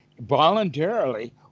voluntarily